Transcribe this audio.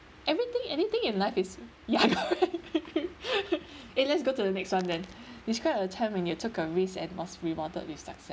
everything anything in life is ya good eh let's go to the next [one] then describe a time when you took a risk and was rewarded with success